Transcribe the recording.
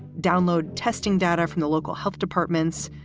download testing data from the local health departments.